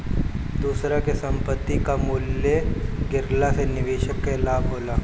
दूसरा के संपत्ति कअ मूल्य गिरला से निवेशक के लाभ होला